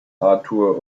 arthur